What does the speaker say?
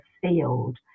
field